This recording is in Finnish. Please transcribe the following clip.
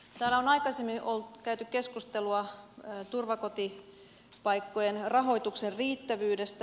täällä on aikaisemmin käyty keskustelua turvakotipaikkojen rahoituksen riittävyydestä